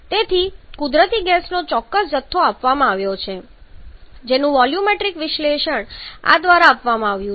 તેથી કુદરતી ગેસનો ચોક્કસ જથ્થો આપવામાં આવ્યો છે જેનું વોલ્યુમેટ્રિક વિશ્લેષણ આ દ્વારા આપવામાં આવ્યું છે